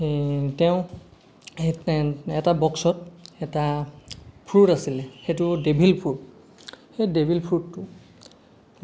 এ তেওঁ এটা বক্সত এটা ফ্ৰোট আছিলে সেইটো ডেভিল ফ্ৰোট সেই ডেভিল ফ্ৰোটটো